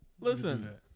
Listen